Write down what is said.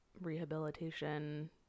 rehabilitation